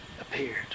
appeared